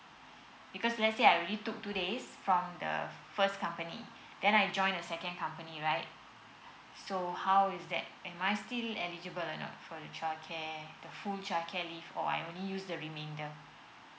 because let's say I really took two days from the first company then I join a second company right so how is that am I still eligible or not for the childcare the full childcare leave or I only use the remainder